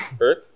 Earth